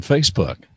Facebook